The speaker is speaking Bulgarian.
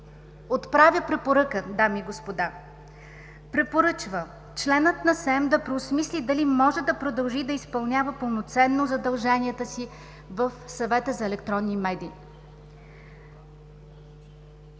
отправя препоръка, дами и господа: „Препоръчва членът на СЕМ да преосмисли дали може да продължи да изпълнява пълноценно задълженията си в Съвета за електронни медии“.